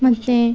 ಮತ್ತು